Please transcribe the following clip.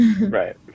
Right